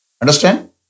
Understand